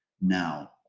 Now